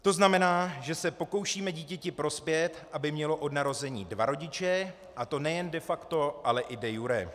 To znamená, že se pokoušíme dítěti prospět, aby mělo od narození dva rodiče, a to nejen de facto, ale i de iure.